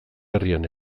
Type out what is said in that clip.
herrian